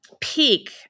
peak